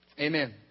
Amen